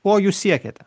ko jūs siekiate